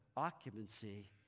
Occupancy